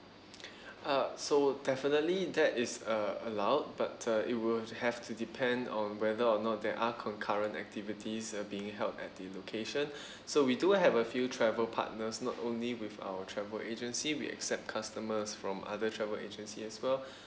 uh so definitely that is uh allowed but uh it will have to depend on whether or not there are concurrent activities are being held at the location so we do have a few travel partners not only with our travel agency we accept customers from other travel agency as well